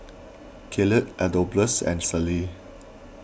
Caleigh Adolphus and Celie